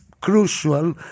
crucial